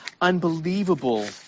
unbelievable